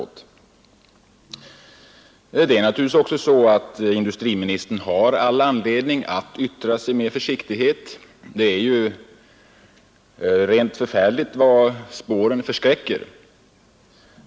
26 april 1972 Industriministern har all anledning att yttra sig med försiktighet. Det är förfärande vad spåren förskräcker.